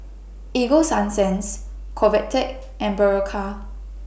Ego Sunsense Convatec and Berocca